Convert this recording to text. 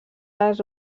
les